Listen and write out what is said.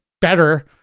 better